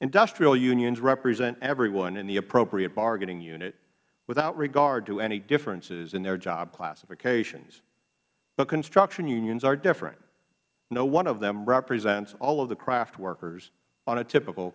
industrial unions represent everyone in the appropriate bargaining unit without regard to any differences in their job classifications but construction unions are different no one of them represents all of the craft workers on a typical